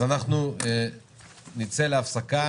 אז אנחנו נצא להפסקה.